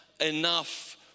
enough